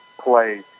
play